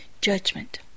Judgment